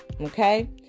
okay